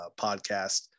podcast